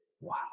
Wow